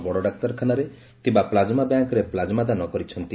ବଡଡାକ୍ତରଖାନାରେ ଥିବା ପ୍ଲାଜମା ବ୍ୟାଙ୍କରେ ପ୍ଲାଜମା ଦାନ କରିଛନ୍ତି